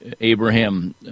Abraham